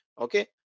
okay